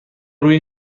روی